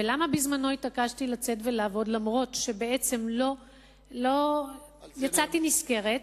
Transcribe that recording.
ולמה בזמנו התעקשתי לצאת לעבוד אף-על-פי שבעצם לא יצאתי נשכרת?